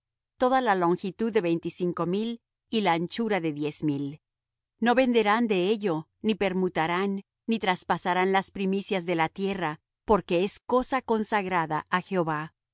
toda la longitud de veinticinco mil y la anchura de diez mil no venderán de ello ni permutarán ni traspasarán las primicias de la tierra porque es cosa consagrada á jehová